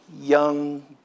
Young